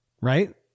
right